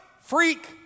freak